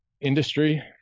industry